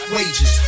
Wages